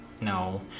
No